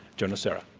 joe nocera.